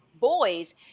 boys